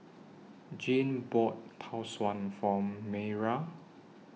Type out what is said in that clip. Jeanne bought Tau Suan For Mayra